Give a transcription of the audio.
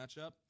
matchup